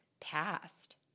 past